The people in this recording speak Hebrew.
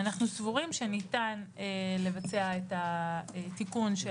אנחנו סבורים שניתן לבצע את התיקון של